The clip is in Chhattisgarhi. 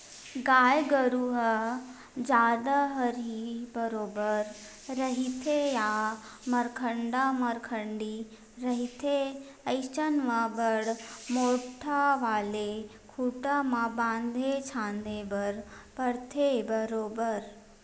गाय गरु ह जादा हरही बरोबर रहिथे या मरखंडा मरखंडी रहिथे अइसन म बड़ मोट्ठा वाले खूटा म बांधे झांदे बर परथे बरोबर